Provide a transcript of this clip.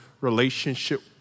relationship